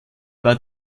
war